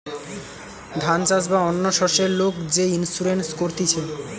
ধান চাষ বা অন্য শস্যের লোক যে ইন্সুরেন্স করতিছে